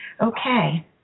okay